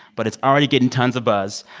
but it's already getting tons of buzz.